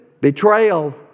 Betrayal